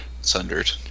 Sundered